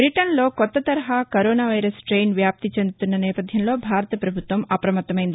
భిటన్లో కొత్త తరహా corona virus strain వ్యాప్తి చెందుతున్న నేపథ్యంలో భారత పభుత్వం అప్రమత్తమైంది